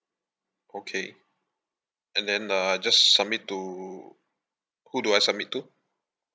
okay and then uh I just submit to who do I submit to